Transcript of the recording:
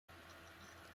来自